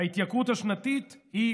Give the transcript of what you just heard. ההתייקרות השנתית היא,